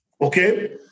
okay